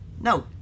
No